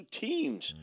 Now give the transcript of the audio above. teams